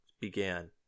began